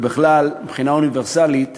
ובכלל מבחינה אוניברסלית